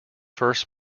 first